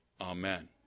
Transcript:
Amen